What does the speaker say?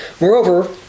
Moreover